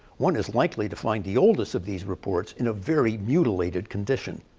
one is likely to find the oldest of these reports in a very mutilated condition.